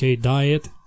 diet